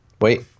Wait